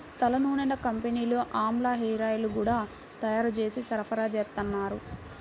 తలనూనెల కంపెనీలు ఆమ్లా హేరాయిల్స్ గూడా తయ్యారు జేసి సరఫరాచేత్తన్నారు